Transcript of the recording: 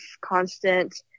constant